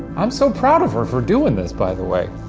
i'm so proud of her for doing this, by the way.